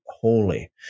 Holy